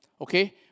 Okay